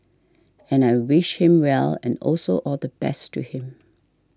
and I wished him well and also all the best to him